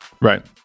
Right